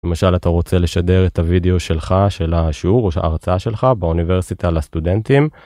למשל אתה רוצה לשדר את הוידאו שלך של השיעור או של ההרצאה שלך באוניברסיטה לסטודנטים.